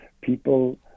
people